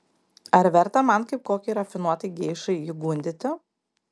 ar verta man kaip kokiai rafinuotai geišai jį gundyti